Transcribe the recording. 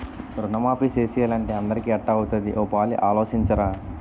రుణమాఫీ సేసియ్యాలంటే అందరికీ ఎట్టా అవుతాది ఓ పాలి ఆలోసించరా